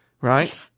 right